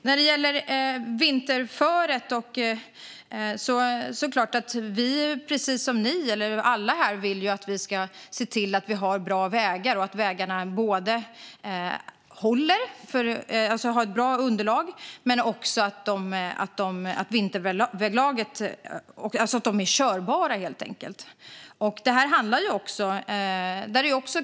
När det gäller vinterföret är det klart att vi, precis som ni eller alla här, vill att vi ska se till att vi har bra vägar och att vägarna håller och alltså har ett bra underlag och helt enkelt är körbara.